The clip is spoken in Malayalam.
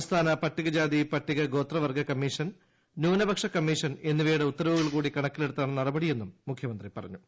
സംസ്ഥാന പട്ടികജാതി പട്ടികഗോത്രവർഗ്ഗ കമ്മീഷൻ ന്യൂനപക്ഷ കമ്മീ ഷൻ എന്നിവയുടെ ഉത്തരവുകൾ കൂടി കണക്കിലെടുത്താണ് നടപടി എന്നും മുഖ്യമന്ത്രി പറഞ്ഞു